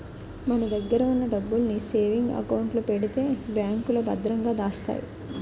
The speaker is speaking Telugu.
మన దగ్గర ఉన్న డబ్బుల్ని సేవింగ్ అకౌంట్ లో పెడితే బ్యాంకులో భద్రంగా దాస్తాయి